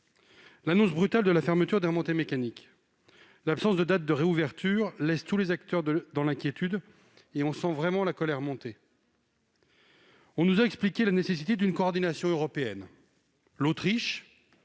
L'annonce brutale de la fermeture des remontées mécaniques et l'absence de date de réouverture laissent tous les acteurs dans l'inquiétude. Nous sentons vraiment la colère monter. On nous a expliqué la nécessité d'une coordination européenne. L'Autriche,